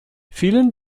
vielen